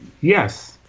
yes